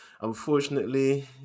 unfortunately